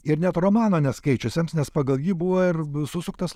ir net romano neskaičiusiems nes pagal jį buvo ir susuktas